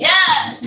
Yes